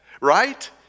Right